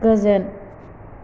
गोजोन